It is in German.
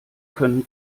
können